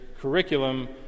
curriculum